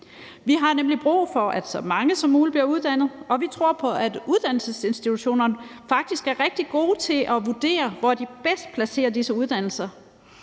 Vi har nemlig brug for, at så mange som muligt bliver uddannet, og vi tror på, at uddannelsesinstitutionerne faktisk er rigtig gode til at vurdere, hvor de bedst placerer disse uddannelser.